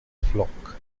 flock